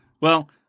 Well-